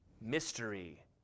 mystery